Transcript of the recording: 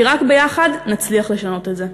כי רק ביחד נצליח לשנות את זה.